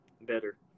better